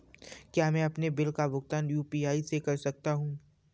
क्या मैं अपने बिल का भुगतान यू.पी.आई से कर सकता हूँ?